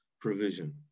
provision